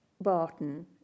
Barton